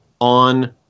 on